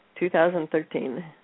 2013